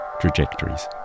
trajectories